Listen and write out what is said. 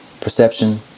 perception